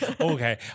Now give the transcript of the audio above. Okay